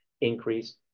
increase